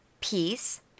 peace